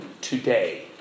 today